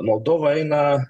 moldova eina